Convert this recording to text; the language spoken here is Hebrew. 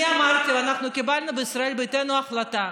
אני אמרתי, אנחנו קיבלנו בישראל ביתנו החלטה,